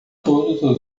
todos